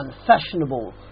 unfashionable